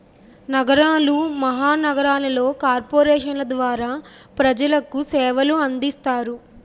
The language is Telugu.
నగరాలు మహానగరాలలో కార్పొరేషన్ల ద్వారా ప్రజలకు సేవలు అందిస్తారు